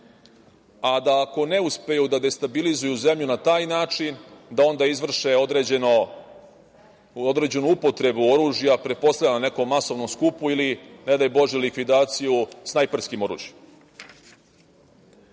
a da ako ne uspeju da destabilizuju zemlju na taj način, da onda izvrše određenu upotrebu oružja, pretpostavljam na nekom masovnom skupu ili, ne daj Bože, likvidaciju snajperskim oružjem. Ono